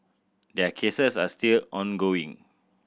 their cases are still ongoing